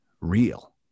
real